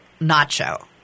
nacho